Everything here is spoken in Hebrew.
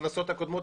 בכנסות הקודמות.